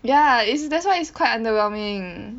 ya it's that's why it's quite underwhelming